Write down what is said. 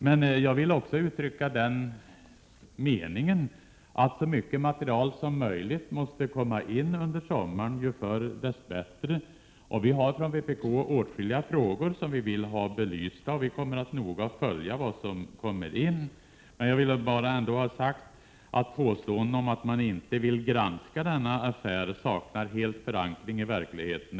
Men jag vill också uttrycka den meningen att så mycket material som möjligt måste komma in under sommaren — ju förr, desto bättre. Vi från vpk har åtskilliga frågor som vi vill ha belysta och kommer att noga följa vad som kommer fram. Jag vill alltså mycket bestämt understryka att påståendena om att vpk inte vill granska denna affär helt saknar förankring i verkligheten.